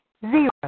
zero